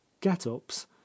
get-ups